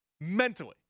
Mentally